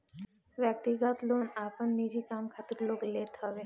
व्यक्तिगत लोन आपन निजी काम खातिर लोग लेत हवे